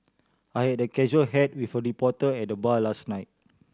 I had a casual hat with a reporter at the bar last night